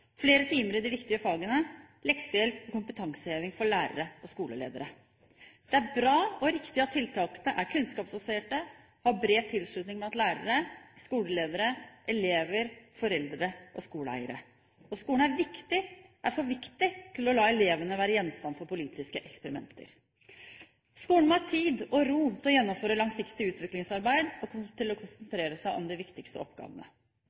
flere timer i de viktigste fagene, leksehjelp og kompetanseheving for lærere og skoleledere. Det er bra og riktig at tiltakene er kunnskapsbaserte og har bred tilslutning blant lærere, skoleledere, elever, foreldre og skoleeiere. Skolen er for viktig til å la elevene være gjenstand for politiske eksperimenter. Skolen må ha tid og ro til å gjennomføre langsiktig utviklingsarbeid, og til å konsentrere seg om de viktigste oppgavene.